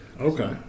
Okay